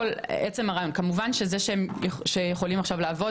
כמובן שזה שהם יכולים לעבוד,